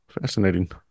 Fascinating